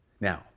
Now